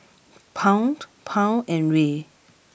Pound Pound and Riel